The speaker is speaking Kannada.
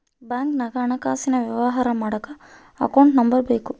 ಬ್ಯಾಂಕ್ನಾಗ ಹಣಕಾಸಿನ ವ್ಯವಹಾರ ಮಾಡಕ ಅಕೌಂಟ್ ನಂಬರ್ ಬೇಕು